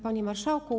Panie Marszałku!